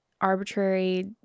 arbitrary